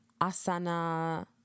Asana